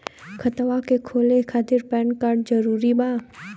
खतवा के खोले खातिर पेन कार्ड जरूरी बा?